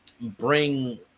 bring